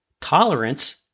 tolerance